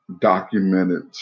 documented